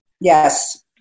yes